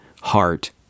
heart